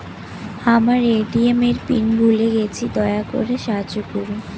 আমার এ.টি.এম এর পিন ভুলে গেছি, দয়া করে সাহায্য করুন